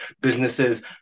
businesses